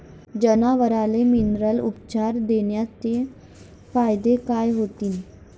जनावराले मिनरल उपचार देण्याचे फायदे काय होतीन?